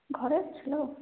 ଘରେ ଅଛି ଲୋ